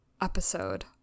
episode